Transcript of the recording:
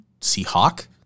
Seahawk